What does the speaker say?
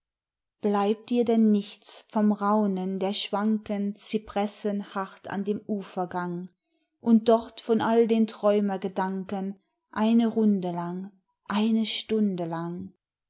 bleibt dir denn nichts vom raunen der schwanken zypressen hart an dem ufergang und dort von all den träumergedanken eine runde lang eine stunde lang